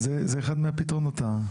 אחד מהפתרונות.